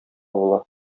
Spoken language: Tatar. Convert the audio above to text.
була